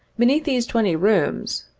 beneath these twenty rooms,